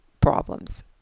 problems